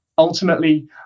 Ultimately